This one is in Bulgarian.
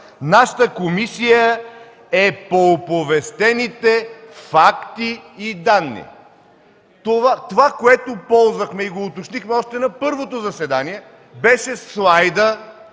Нашата комисия е по оповестените факти и данни. Това, което ползвахме и го уточнихме още на първото заседание, беше слайдшоуто